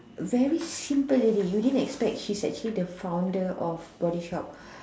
very simple lady you didn't expect she's the founder of body shop